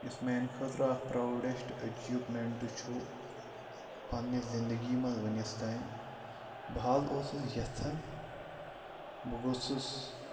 یُس میٛانہِ خٲطرٕ اَکھ پرٛاوڈٮ۪سٹ أچیٖومٮ۪نٛٹ چھُ پنٛنہِ زِندگی منٛز ؤنِس تام بہٕ حظ اوسُس یَژھان بہٕ گوٚژھُس